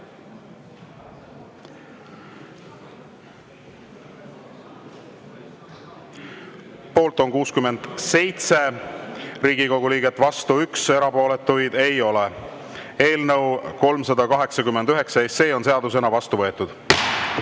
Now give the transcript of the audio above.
Poolt on 67 Riigikogu liiget, vastu 1, erapooletuid ei ole. Eelnõu 389 on seadusena vastu võetud.